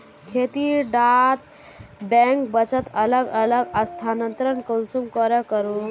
खेती डा बैंकेर बचत अलग अलग स्थानंतरण कुंसम करे करूम?